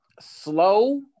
slow